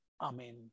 Amen